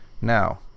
Now